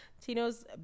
Tino's